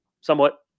somewhat